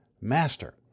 Master